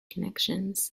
connections